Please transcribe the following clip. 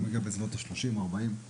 מגיעים לסביבות ה-30 או 40 אלף איש.